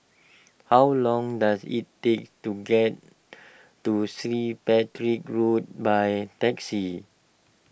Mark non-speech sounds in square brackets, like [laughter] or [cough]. how long does it take to get to [unintelligible] Patrick's Road by taxi